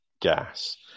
gas